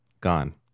Gone